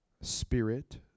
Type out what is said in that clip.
spirit